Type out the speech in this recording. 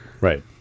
Right